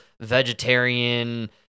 vegetarian